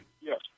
Yes